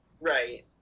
Right